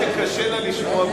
קשה לה לשמוע,